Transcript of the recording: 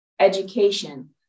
education